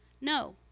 No